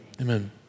Amen